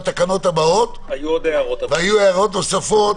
והיו עוד הערות נוספות,